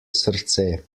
srce